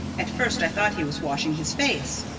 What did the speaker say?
at first i thought he was washing his face.